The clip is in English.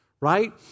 right